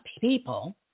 people